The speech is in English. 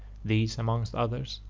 these, among others,